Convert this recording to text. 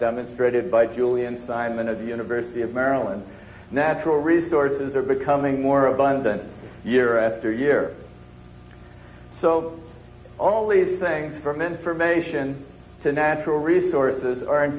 demonstrated by julian simon of the university of maryland natural resources are becoming more abundant year after year so all these things from information to natural resources are in